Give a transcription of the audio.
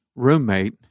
Roommate